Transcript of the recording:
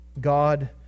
God